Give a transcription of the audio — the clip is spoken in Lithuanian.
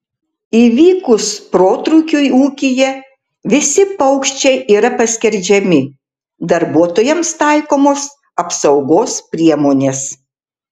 įvykus protrūkiui ūkyje visi paukščiai yra paskerdžiami darbuotojams taikomos apsaugos priemonės